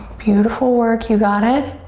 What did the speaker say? beautiful work. you got it.